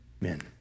men